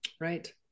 Right